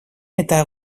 eta